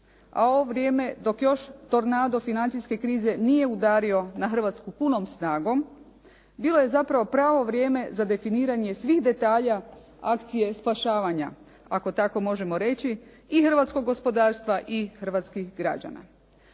a ovo vrijeme dok još tornado financijske krize nije udario na Hrvatsku punom snagom, bilo je zapravo pravo vrijeme za definiranje svih detalja akcije spašavanja. Ako tako možemo reći i hrvatskog gospodarstva i hrvatskih građana.